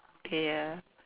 okay ya